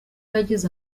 yagize